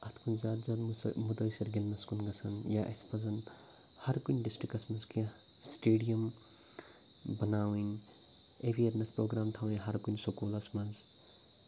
اَتھ کُنہِ ساتہٕ زَن مُتٲثر گِنٛدنَس کُن گژھن یا اَسہِ پَزَن ہَرکُنہِ ڈِسٹِکَس منٛز کینٛہہ سٹیڈیَم بَناوٕنۍ اٮ۪ویرنٮ۪س پرٛوگرام تھاوٕنۍ ہرکُنہِ سکوٗلَس منٛز